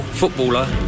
footballer